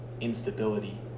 instability